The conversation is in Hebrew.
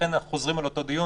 לכן אנחנו חוזרים על אותו דיון.